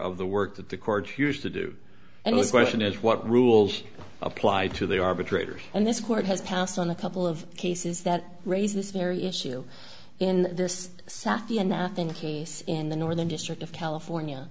of the work that the courts used to do and this question is what rules apply to the arbitrators and this court has passed on a couple of cases that raise this very issue in this saturday and nothing case in the northern district of california